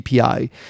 API